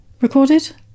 recorded